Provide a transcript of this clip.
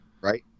right